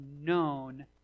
known